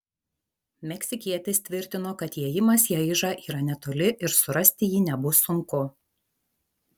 meksikietis tvirtino kad įėjimas į aižą yra netoli ir surasti jį nebus sunku